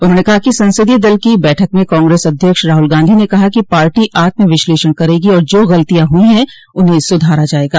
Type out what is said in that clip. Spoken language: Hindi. उन्होंने कहा कि संसदीय दल की बैठक में कांग्रेस अध्यक्ष राहुल गांधी न कहा कि पार्टी आत्म विश्लेषण करेगी और जो गलतियां हुई हैं उन्हें सुधारा जायेगा